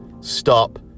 stop